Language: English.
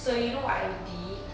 so you know what I did